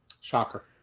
Shocker